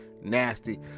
nasty